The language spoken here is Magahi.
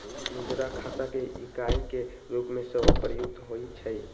मुद्रा खता के इकाई के रूप में सेहो प्रयुक्त होइ छइ